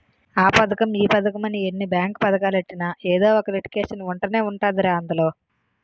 ఆ పదకం ఈ పదకమని ఎన్ని బేంకు పదకాలెట్టినా ఎదో ఒక లిటికేషన్ ఉంటనే ఉంటదిరా అందులో